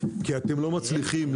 כי אתם לא מצליחים,